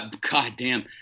goddamn